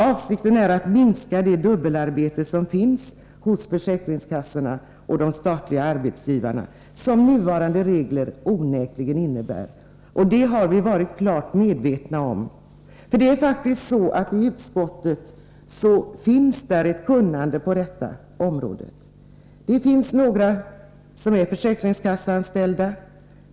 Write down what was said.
Avsikten är att minska det dubbelarbete hos försäkringskassorna och de statliga arbetsgivarna som nuvarande regler onekligen innebär. Detta har vi varit klart medvetna om. I utskottet finns faktiskt ett kunnande på detta område. Det finns några som är försäkringskasseanställda.